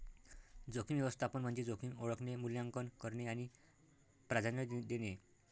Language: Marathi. जोखीम व्यवस्थापन म्हणजे जोखीम ओळखणे, मूल्यांकन करणे आणि प्राधान्य देणे